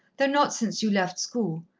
though not since you left school.